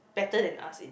better than us it's